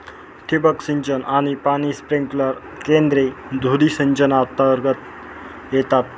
ठिबक सिंचन आणि पाणी स्प्रिंकलर केंद्रे धुरी सिंचनातर्गत येतात